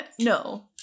No